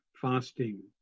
fasting